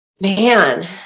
man